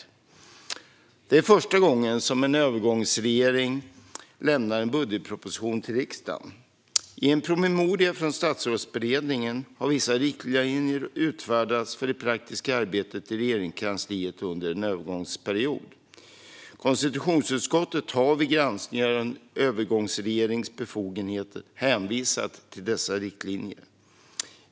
Detta är första gången som en övergångsregering överlämnar en budgetproposition till riksdagen. I en promemoria från Statsrådsberedningen har vissa riktlinjer utfärdats för det praktiska arbetet i Regeringskansliet under en övergångsperiod. Konstitutionsutskottet har vid granskning av en övergångsregerings befogenheter hänvisat till dessa riktlinjer.